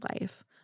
life